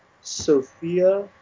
Sophia